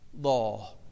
law